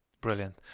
brilliant